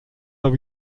habe